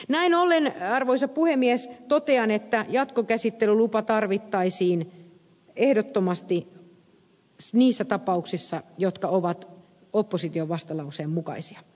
näin ollen arvoisa puhemies totean että jatkokäsittelylupa tarvittaisiin ehdottomasti niissä tapauksissa jotka ovat opposition vastalauseen mukaisia